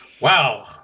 wow